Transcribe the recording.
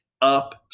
up